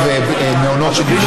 תודה לחברת הכנסת סלימאן.